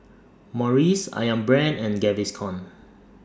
Morries Ayam Brand and Gaviscon